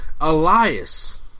Elias